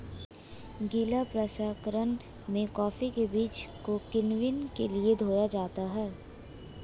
गीला प्रसंकरण में कॉफी के बीज को किण्वन के लिए धोया जाता है